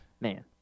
Man